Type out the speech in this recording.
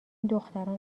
دختران